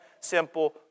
simple